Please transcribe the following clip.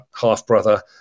half-brother